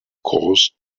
caused